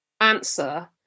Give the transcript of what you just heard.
answer